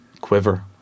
quiver